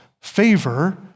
favor